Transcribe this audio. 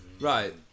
Right